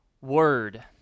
Word